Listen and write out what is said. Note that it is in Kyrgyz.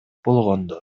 болгондо